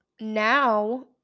now